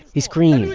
he screams. the